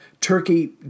Turkey